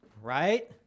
Right